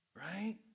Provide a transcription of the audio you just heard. Right